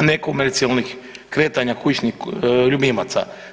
nekonvencionalnih kretanja kućnih ljubimaca.